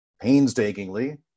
painstakingly